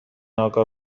آگاه